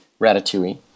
Ratatouille